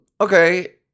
Okay